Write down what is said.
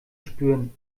spüren